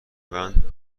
بعد